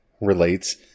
relates